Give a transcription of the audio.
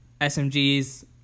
SMGs